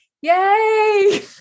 yay